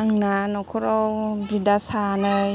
आंना नख'राव बिदा सानै